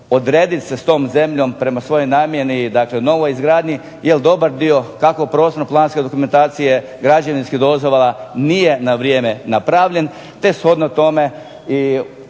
odredit se s tom zemlji prema svojoj namjeni, dakle novoj izgradnji. Jer dobar dio kako prostorno planske dokumentacije, građevinskih dozvola nije na vrijeme napravljen, te shodno tome i